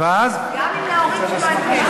גם אם להורים שלו אין כסף.